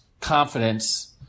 confidence –